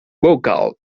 vocal